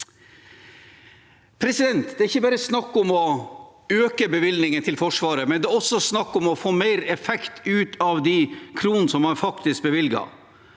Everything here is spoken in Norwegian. tid. Det er ikke bare snakk om å øke bevilgningen til Forsvaret, det er også snakk om å få mer effekt ut av de kronene man faktisk bevilger.